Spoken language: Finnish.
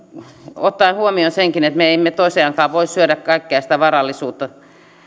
ottaen huomioon senkin että me emme tosiaankaan voi syödä kaikkea sitä varallisuutta